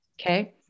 Okay